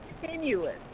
continuous